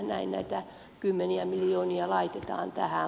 näin näitä kymmeniä miljoonia laitetaan tähän